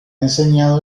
enseñado